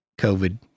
COVID